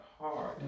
hard